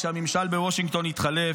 כשהממשל בוושינגטון יתחלף.